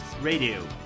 Radio